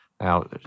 Now